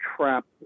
trapped